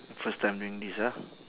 first time doing this ah